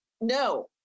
No